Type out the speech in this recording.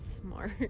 smart